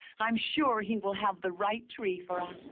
i am sure he will have the right tree for us.